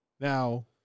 Now